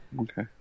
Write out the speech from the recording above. Okay